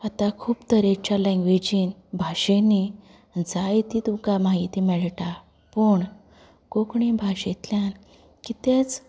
आता खूब तरेची लेग्वेजीन भाशेंनी जायती तुमकां म्हायती मेळटा पूण कोंकणी भाशेंतल्यान कितेंच